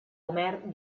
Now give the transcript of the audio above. homer